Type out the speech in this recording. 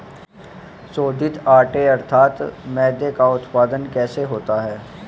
शोधित आटे अर्थात मैदे का उत्पादन कैसे होता है?